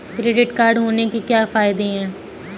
Credit card होने के क्या फायदे हैं?